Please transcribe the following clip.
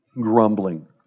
Grumbling